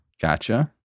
Gotcha